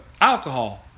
Alcohol